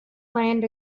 land